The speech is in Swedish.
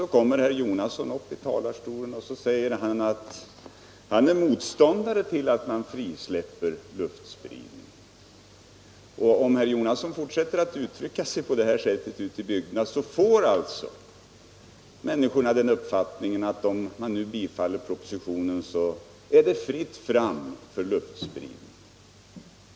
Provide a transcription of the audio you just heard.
Så stiger herr Jonasson upp i talarstolen och säger att han är motståndare till att man frisläpper luftspridning. Om herr Jonasson fortsätter att uttrycka sig på det sättet ute i bygderna får människorna uppfattningen att ett bifall till propositionen innebär att det är fritt fram för luftspridning.